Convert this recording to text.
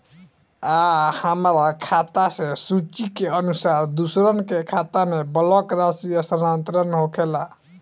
आ हमरा खाता से सूची के अनुसार दूसरन के खाता में बल्क राशि स्थानान्तर होखेला?